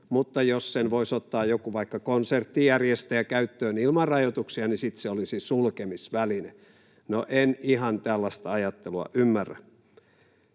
mutta jos sen voisi ottaa vaikka joku konserttijärjestäjä käyttöön ilman rajoituksia, sitten se olisi sulkemisväline. No, en ihan ymmärrä tällaista ajattelua.